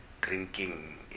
drinking